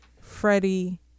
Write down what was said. Freddie